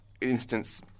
instance